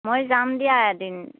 মই যাম দিয়া এদিন